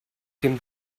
dem